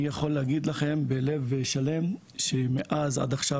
אני יכול להגיד לכם בלב שלם שמאז עד עכשיו,